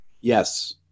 Yes